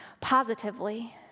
positively